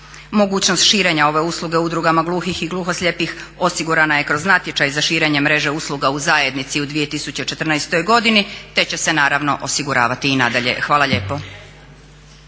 Mogućnost širenja ove usluge udrugama gluhih i gluhoslijepih osigurana je kroz natječaj za širenje mreže usluga u zajednici u 2014. godini te će se naravno osiguravati i nadalje. Hvala lijepa.